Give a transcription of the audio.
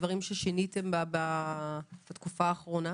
דברים ששיניתם בתקופה האחרונה?